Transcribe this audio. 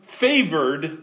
favored